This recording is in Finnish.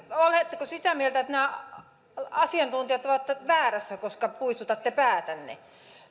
oletteko sitä mieltä että nämä asiantuntijat ovat väärässä koska puistatte päätänne